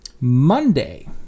monday